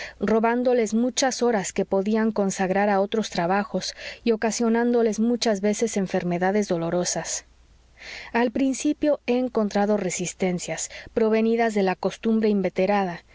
robándoles muchas horas que podían consagrar a otros trabajos y ocasionándoles muchas veces enfermedades dolorosas al principio he encontrado resistencias provenidas de la costumbre inveterada